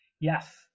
Yes